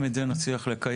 אם את זה נצליח לקיים,